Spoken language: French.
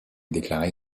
déclaré